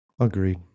Agreed